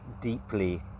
deeply